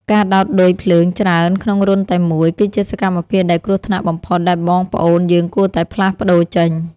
ការដោតឌុយភ្លើងច្រើនក្នុងរន្ធតែមួយ គឺជាសកម្មភាពដែលគ្រោះថ្នាក់បំផុតដែលបងប្អូនយើងគួរតែផ្លាស់ប្តូរចេញ។